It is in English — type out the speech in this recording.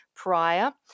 prior